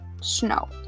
snow